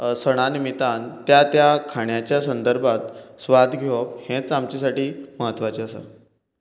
सणां निमित्तान त्या त्या खाण्याच्या संदर्भात स्वाद घेवप हेच आमचेसाठी म्हत्वाचे आसा